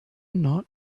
not